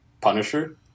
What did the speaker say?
Punisher